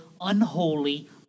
unholy